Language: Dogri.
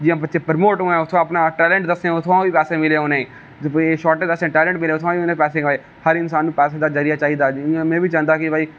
जि'यां बच्चे प्रमोट होन उस स्हाब दा टेलेंट दसन उत्थुआं बी पैसै मिलन उनेंगी जित्थुं बी उ'नेंगी टेलेंट मिले उत्थुआं बी उ'नें पेसे कमाए हर इंसान पैसा दा जरिया चाहिदा जि'यां में बी चांहदा हा कि भाई